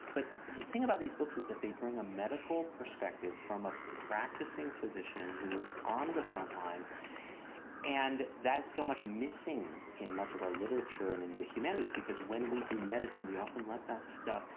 but the thing about these books is that they bring a medical perspective from a practicing physician who was on the front lines and that's so much missing in much of our literature and in the humanities because when we do medicine, we often let that stuff,